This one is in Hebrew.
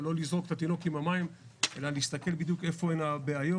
אני מציע לא לזרוק את התינוק עם המים אלא להסתכל בדיוק איפה הן הבעיות.